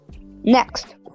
Next